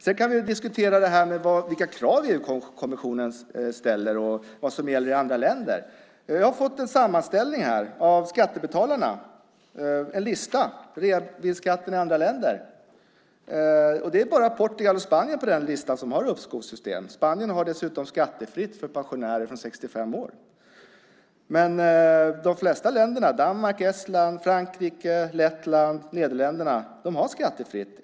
Vi kan diskutera vilka krav EU-kommissionen ställer och vad som gäller i andra länder. Jag har fått en sammanställning här av Skattebetalarna, en lista över reavinstskatten i andra länder. Det är bara Portugal och Spanien på den listan som har uppskovssystem. Spanien har dessutom skattefritt för pensionärer från 65 år. De flesta länder, Danmark, Estland, Frankrike, Lettland, Nederländerna har skattefritt.